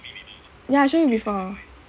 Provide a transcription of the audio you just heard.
ya